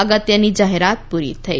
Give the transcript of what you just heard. અગત્યની જાહેરાત પૂરી થઈ